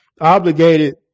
obligated